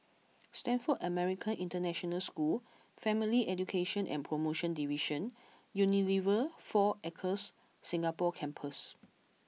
Stanford American International School Family Education and Promotion Division Unilever Four Acres Singapore Campus